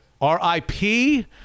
R-I-P